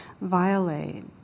violate